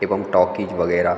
एवं टॉकीज वगैरह